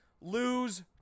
Lose